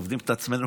צובטים את עצמנו,